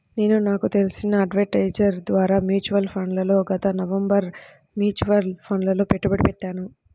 నేను నాకు తెలిసిన అడ్వైజర్ ద్వారా మ్యూచువల్ ఫండ్లలో గత నవంబరులో మ్యూచువల్ ఫండ్లలలో పెట్టుబడి పెట్టాను